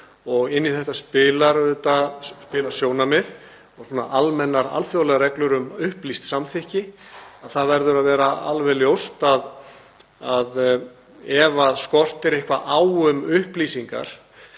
Inn í þetta spila auðvitað sjónarmið og almennar alþjóðlegar reglur um upplýst samþykki. Það verður að vera alveg ljóst að ef skortir eitthvað á um upplýsingar